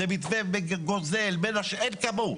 זה מתווה גוזל מאין כמוהו.